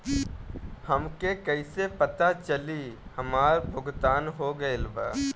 हमके कईसे पता चली हमार भुगतान हो गईल बा?